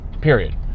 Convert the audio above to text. Period